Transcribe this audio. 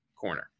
corner